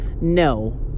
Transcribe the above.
No